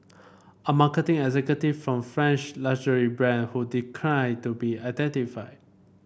a marketing executive from a French luxury brand who declined to be identified